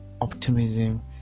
optimism